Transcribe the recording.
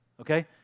Okay